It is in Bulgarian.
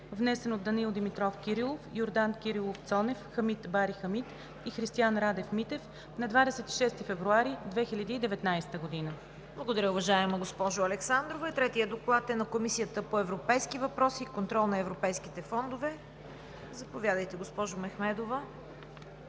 внесен от Данаил Димитров Кирилов, Йордан Кирилов Цонев, Хамид Бари Хамид и Христиан Радев Митев на 26 февруари 2019 г.“ ПРЕДСЕДАТЕЛ ЦВЕТА КАРАЯНЧЕВА: Благодаря Ви, уважаема госпожо Александрова. Третият Доклад е на Комисията по европейските въпроси и контрол на европейските фондове. Заповядайте, госпожо Мехмедова.